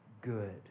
good